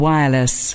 Wireless